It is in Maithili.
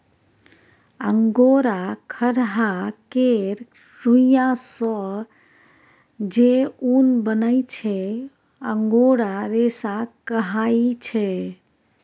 अंगोरा खरहा केर रुइयाँ सँ जे उन बनै छै अंगोरा रेशा कहाइ छै